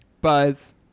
Buzz